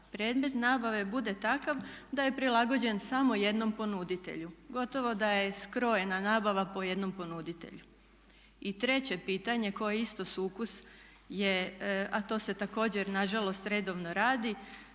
predmet nabave bude takav da je prilagođen samo jednom ponuditelju. Gotovo da je skrojena nabava po jednom ponuditelju. I treće pitanje koje je isto sukus je a to se također na žalost redovno radi,